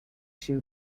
shoe